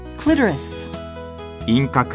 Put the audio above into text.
clitoris